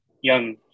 young